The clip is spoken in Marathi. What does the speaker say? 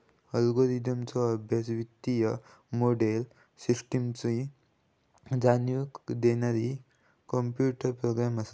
अल्गोरिदमचो अभ्यास, वित्तीय मोडेल, सिस्टमची जाणीव देणारे कॉम्प्युटर प्रोग्रॅम असत